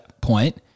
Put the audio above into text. point